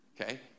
Okay